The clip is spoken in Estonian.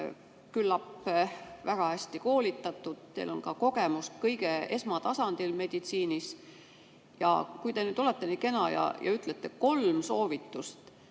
küllap väga hästi koolitatud, teil on ka kogemus esmatasandi meditsiinis. Kas te nüüd olete nii kena ja ütlete kolm soovitust